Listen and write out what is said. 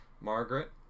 Margaret